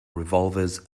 revolvers